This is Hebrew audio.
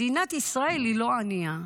מדינת ישראל היא לא ענייה,